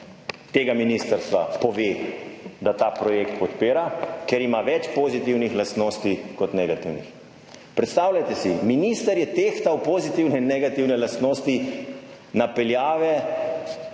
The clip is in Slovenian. tega ministrstva pove, da ta projekt podpira, ker ima več pozitivnih lastnosti kot negativnih. Predstavljajte si, minister je tehtal pozitivne in negativne lastnosti napeljave